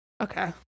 Okay